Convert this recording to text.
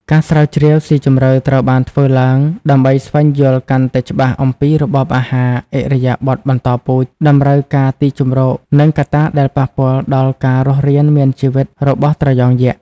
ការស្រាវជ្រាវស៊ីជម្រៅត្រូវបានធ្វើឡើងដើម្បីស្វែងយល់កាន់តែច្បាស់អំពីរបបអាហារ ឥរិយាបថបន្តពូជ តម្រូវការទីជម្រក និងកត្តាដែលប៉ះពាល់ដល់ការរស់រានមានជីវិតរបស់ត្រយងយក្ស។